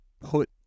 put